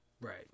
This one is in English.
Right